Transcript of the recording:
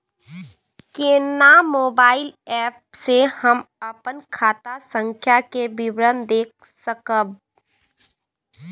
केना mobile app से हम अपन खाता संख्या के विवरण देख सकब?